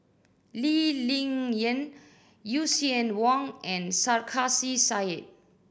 Lee Ling Yen Lucien Wang and Sarkasi Said